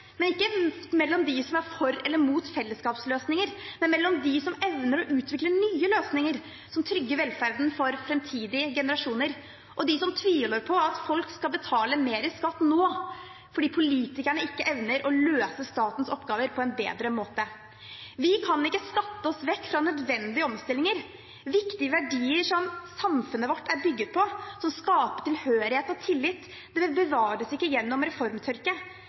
ikke mellom dem som er for eller mot fellesskapsløsninger, men mellom dem som evner å utvikle nye løsninger som trygger velferden for framtidige generasjoner, og dem som tviholder på at folk skal betale mer i skatt nå fordi politikerne ikke evner å løse statens oppgaver på en bedre måte. Vi kan ikke skatte oss vekk fra nødvendige omstillinger. Viktige verdier som samfunnet vårt er bygget på, som skaper tilhørighet og tillit, bevares ikke gjennom